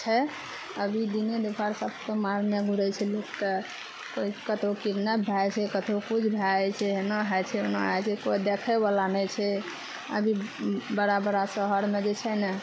छै अभी दिने दुपहर सबके मारने घुरै छै लोकके कतौ कीढनेप भए जाइ छै कतौ किछु भए जाइ छै एना होइ छै ओना होइ छै कोइ देखै बला नहि छै अभी बड़ा बड़ा शहरमे जे छै ने